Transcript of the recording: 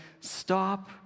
stop